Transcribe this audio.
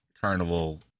carnival